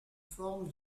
forme